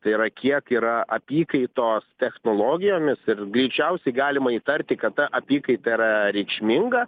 tai yra kiek yra apykaitos technologijomis ir greičiausiai galima įtarti kad ta apykaita yra reikšminga